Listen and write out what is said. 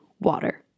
water